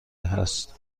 است